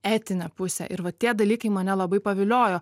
etinę pusę ir va tie dalykai mane labai paviliojo